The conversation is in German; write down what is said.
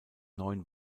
neuen